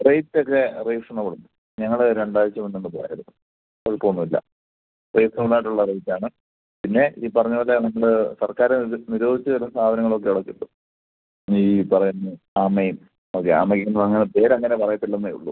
റേറ്റൊക്കെ റീസണബിളുണ്ട് ഞങ്ങൾ രണ്ടാഴ്ച മുന്നൊന്ന് പോയായിരുന്നു കുഴപ്പൊന്നൂല്ലാ റീസണബിളായിട്ടുള്ള റേറ്റാണ് പിന്നെ ഈ പറഞ്ഞ പോലെ നിങ്ങൾ സർക്കാരത് നിരോധിച്ചിരുന്ന സാധനങ്ങളൊക്കവിടെ കിട്ടും ഈ പറയുന്ന ആമയും ഒരാമയും അങ്ങനെ പേരങ്ങനെ പറയത്തില്ലന്നേ ഉള്ളൂ